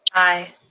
aye.